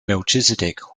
melchizedek